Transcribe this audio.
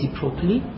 properly